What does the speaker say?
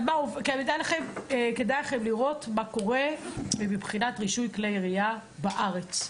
כדאי לכם לראות מה קורה מבחינת רישוי כלי ירייה בארץ.